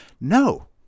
No